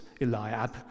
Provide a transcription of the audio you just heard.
Eliab